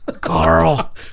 carl